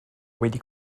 wedi